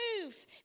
move